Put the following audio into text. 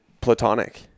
platonic